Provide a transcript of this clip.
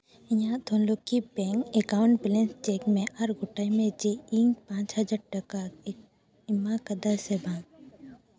ᱤᱧᱟᱹᱜ Dhanlaxmi bank account balance check ᱢᱮ ᱟᱨ ᱜᱚᱴᱟᱭ ᱢᱮ ᱡᱮ ᱤᱧ ᱯᱟᱸᱪ ᱦᱟᱡᱟᱨ ᱴᱟᱠᱟ ᱮᱢ ᱟᱠᱟᱫᱟ ᱥᱮ ᱵᱟᱝ